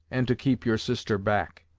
and to keep your sister back.